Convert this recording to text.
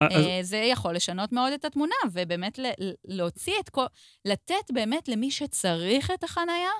זה יכול לשנות מאוד את התמונה, ובאמת להוציא את כל... לתת באמת למי שצריך את החנייה,